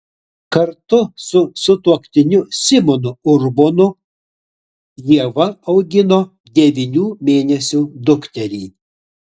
kartu su sutuoktiniu simonu urbonu ieva augina devynių mėnesių dukterį